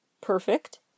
Perfect